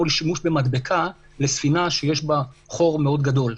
שימוש במדבקה לספינה שיש בה חור מאוד גדול.